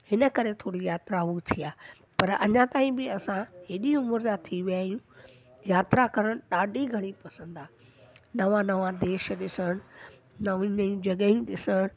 हिन करे थोरी यात्रा कम थी आहे पर अञा ताईं बि असां एॾी उमिरि जा थी विया आहियूं यात्रा करण ॾाढी घणी पसंदि आहे नवां नवां देश ॾिसण नवीं नवीं जॻहियूं ॾिसण